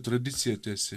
tradiciją tęsi